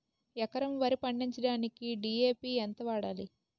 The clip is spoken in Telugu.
ఎకరం వరి పండించటానికి డి.ఎ.పి ఎంత వాడాలి?